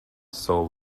sol